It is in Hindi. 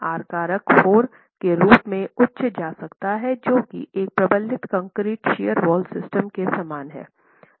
आर कारक 4 के रूप में उच्च जा सकता है जो कि एक प्रबलित कंक्रीट शियर वॉल सिस्टम के समान है